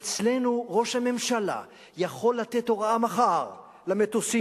אצלנו ראש הממשלה יכול לתת הוראה מחר למטוסים